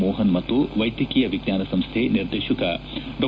ಮೋಪನ್ ಮತ್ತು ವೈದ್ಯಕೀಯ ವಿಜ್ಞಾನ ಸಂಸ್ಥೆ ನಿರ್ದೇಶಕ ಡಾ